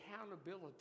accountability